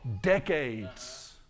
decades